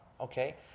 Okay